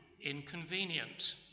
inconvenient